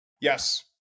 Yes